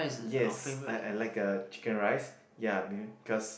yes I I like a chicken rice ya maybe cause